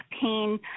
pain